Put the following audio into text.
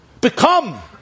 become